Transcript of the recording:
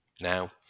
now